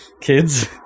kids